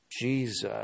Jesus